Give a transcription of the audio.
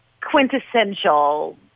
quintessential